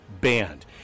banned